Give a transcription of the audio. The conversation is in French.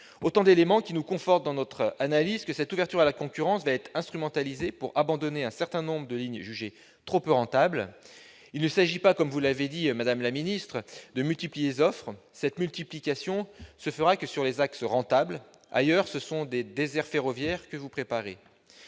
autant d'éléments qui nous confortent dans notre analyse que l'ouverture à la concurrence sera instrumentalisée afin d'abandonner un certain nombre de lignes jugées trop peu rentables. Il ne s'agit pas, comme vous l'avez dit, madame la ministre, de multiplier les offres : cette multiplication n'interviendra que sur les axes rentables ; ailleurs, ce sont des déserts ferroviaires que vous préparez.